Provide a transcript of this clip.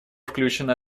включено